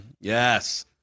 Yes